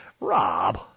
Rob